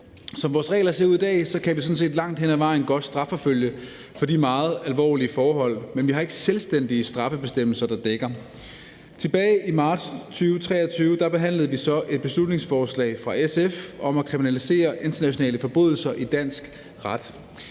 Som vores regler ser ud i dag, kan vi sådan set langt hen ad vejen godt strafforfølge for de meget alvorlige forhold, men vi har ikke selvstændige straffebestemmelser, der dækker. Tilbage i marts 2023 behandlede vi så et beslutningsforslag fra SF om at kriminalisere internationale forbrydelser i dansk ret.